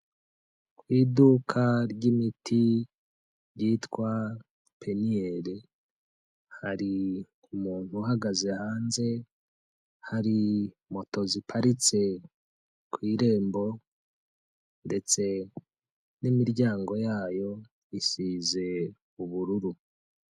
Ku iduka ry'imiti ryitwa penaniyeri, hari umuntu uhagaze hanze, hari moto ziparitse ku irembo, ndetse n'imiryango yayo isize ubururu.